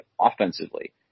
offensively